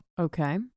okay